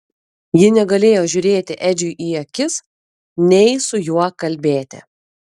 ji negalėjo žiūrėti edžiui į akis nei su juo kalbėti